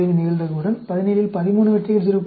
5 நிகழ்தகவுடன் 17 இல் 13 வெற்றிகள் 0